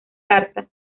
carta